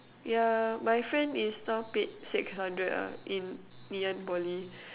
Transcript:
yeah my friend is now paid six hundred ah in Ngee-Ann-Poly